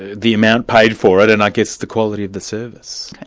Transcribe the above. ah the amount paid for it, and i guess the quality of the service.